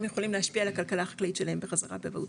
יכולים להשפיע על הכלכלה החקלאית שלהם בחזרה בבהוטן.